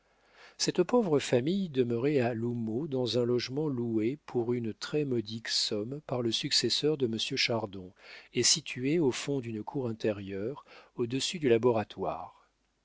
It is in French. cette pauvre famille demeurait à l'houmeau dans un logement loué pour une très modique somme par le successeur de monsieur chardon et situé au fond d'une cour intérieure au-dessus du laboratoire